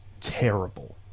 terrible